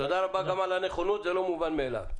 תודה רבה גם על הנכונות זה לא מובן מאילו.